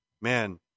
man